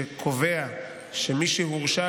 שקובע שמי שהורשע